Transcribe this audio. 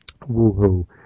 woohoo